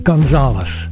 Gonzales